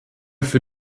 für